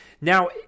Now